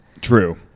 True